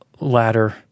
ladder